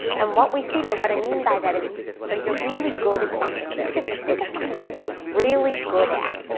and what we see there, what i mean by that is so you're really good at something. each of you, think of something you're really good at.